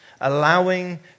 Allowing